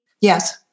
Yes